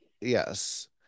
yes